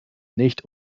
nicht